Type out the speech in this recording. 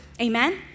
Amen